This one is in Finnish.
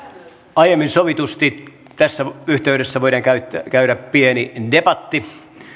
aiemmin sovitusti tässä yhteydessä voidaan käydä pieni debatti